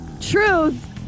Truth